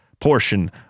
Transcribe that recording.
portion